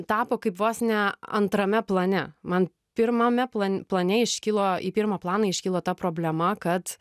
tapo kaip vos ne antrame plane man pirmame plan plane iškilo į pirmą planą iškilo ta problema kad